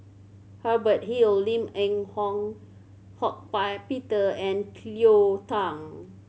Hubert Hill Lim Eng Hock Buy Peter and Cleo Thang